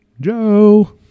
Joe